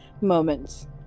moments